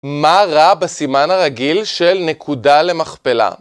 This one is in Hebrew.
מה רע בסימן הרגיל של נקודה למכפלה?